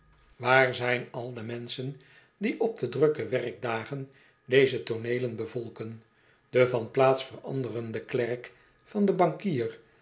waar zijn al de menschen die op de drukke werkdagen deze tooneelen bevolken de van plaats veranderende klerk van den bankier